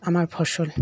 আমার ফসল